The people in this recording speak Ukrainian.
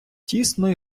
тісно